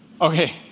Okay